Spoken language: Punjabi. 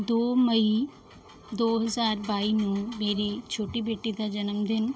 ਦੋ ਮਈ ਦੋ ਹਜ਼ਾਰ ਬਾਈ ਨੂੰ ਮੇਰੀ ਛੋਟੀ ਬੇਟੀ ਦਾ ਜਨਮਦਿਨ